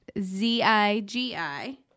Z-I-G-I